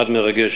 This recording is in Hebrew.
המעמד מרגש,